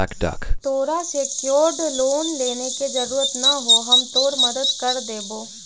तोरा secured loan लेने के जरूरत न हो, हम तोर मदद कर देबो